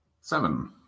Seven